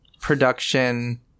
production